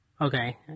Okay